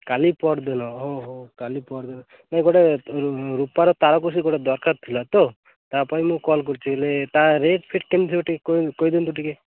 କାଲି ପହର ଦିନ ଓହୋ କାଲି ପହର ଦିନ ନାଇଁ ଗୋଟେ ରୂପାର ତାରକସି ଗୋଟେ ଦରକାର ଥିଲା ତ ତା ପାଇଁ ମୁଁ କଲ୍ କରିଛି ତା ରେଟ୍ ଫେଟ୍ କେମିତି ଗୋଟେ କହି ଦିଅନ୍ତୁ ଟିକେ